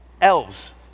Elves